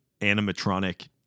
animatronic